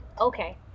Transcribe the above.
okay